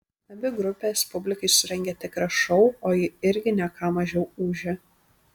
abi grupės publikai surengė tikrą šou o ji irgi ne ką mažiau ūžė